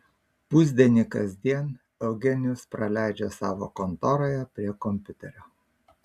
pusdienį kasdien eugenijus praleidžia savo kontoroje prie kompiuterio